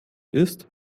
ist